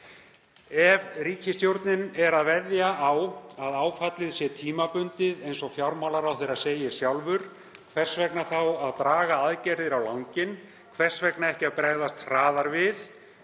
Ef ríkisstjórnin er að veðja á að áfallið sé tímabundið, eins og fjármálaráðherra segir sjálfur, hvers vegna þá að draga aðgerðir á langinn? Hvers vegna ekki að bregðast hraðar við?